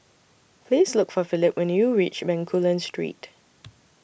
Please Look For Phillip when YOU REACH Bencoolen Street